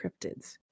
cryptids